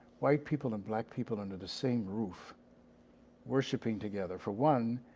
white people and black people under the same roof worshiping together. for one,